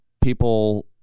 people